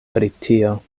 britio